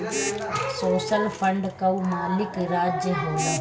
social fund कअ मालिक राज्य होला